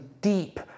deep